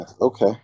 Okay